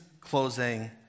closing